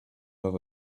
have